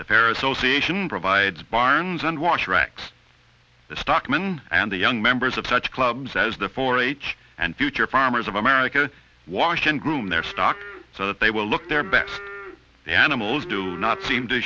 sion provides barnes and watch rex stockman and the young members of such clubs as the four h and future farmers of america watch and groom their stock so that they will look there bet the animals do not seem to